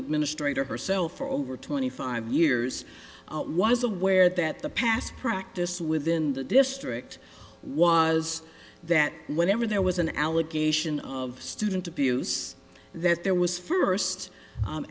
administrator herself for over twenty five years was aware that the past practice within the district was that whenever there was an allegation of student abuse that there was first